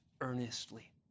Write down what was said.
earnestly